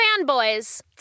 fanboys